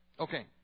Okay